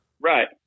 Right